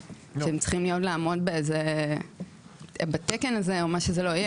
והם יצטרכו לעמוד בתקן הזה או מה שזה לא יהיה.